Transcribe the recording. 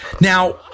Now